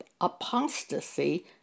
apostasy